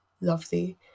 lovely